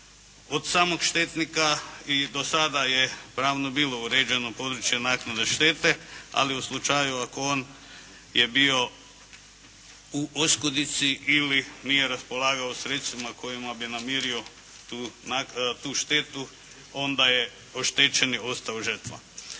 od samog štetnika i do sada je pravno bilo uređeno područje naknade štete, ali u slučaju ako on je bio u oskudici ili nije raspolagao sredstvima kojima bi namirio tu štetu, onda je oštećeni ostao žrtva.